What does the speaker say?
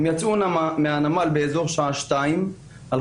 הם יצאו מהנמל באזור שעה 2:00 אחר הצוהריים,